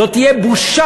זאת תהיה בושה